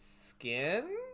skin